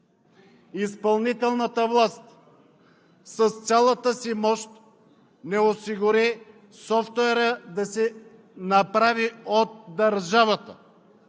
изпълнителната власт с цялата си мощ не осигури софтуера да се направи от държавата